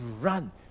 run